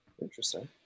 Interesting